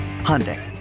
Hyundai